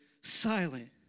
silent